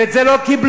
ואת זה לא קיבלו.